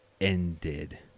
ended